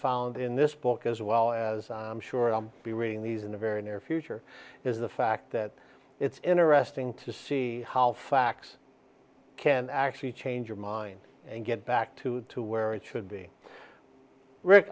found in this book as well as sure i'll be reading these in the very near future is the fact that it's interesting to see how facts can actually change your mind and get back to to where it should be rick